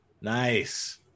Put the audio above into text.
nice